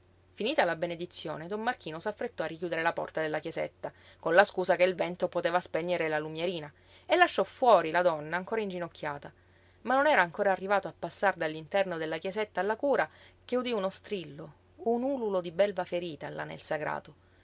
finita la benedizione don marchino s'affrettò a richiudere la porta della chiesetta con la scusa che il vento poteva spegnere la lumierina e lasciò fuori la donna ancora inginocchiata ma non era ancora arrivato a passar dall'interno della chiesetta alla cura che udí uno strillo un ululo di belva ferita là nel sagrato